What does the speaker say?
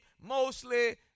mostly